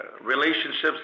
relationships